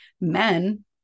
men